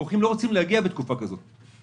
אורחים לא רוצים להגיע בתקופה כזאת.